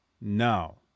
No